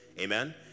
amen